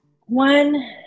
One